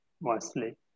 mostly